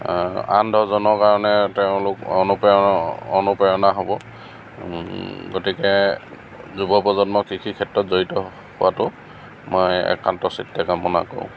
আন দহজনৰ কাৰণে তেওঁলোক অনুপ্ৰেৰণা হ'ব গতিকে যুবপ্ৰজন্ম কৃষি ক্ষেত্ৰত জড়িত হোৱাটো মই একান্ত চিত্তে কামনা কৰোঁ